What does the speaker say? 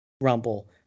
rumble